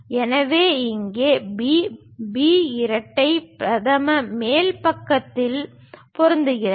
எனவே இங்கே B B இரட்டை பிரதம மேல் பக்கத்தில் பொருந்துகிறது